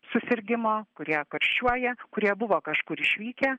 susirgimo kurie karščiuoja kurie buvo kažkur išvykę